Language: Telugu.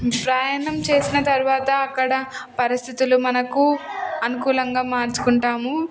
శ్రయాణం చేసిన తర్వాత అక్కడ పరిస్థితులు మనకు అనుకూలంగా మార్చుకుంటాము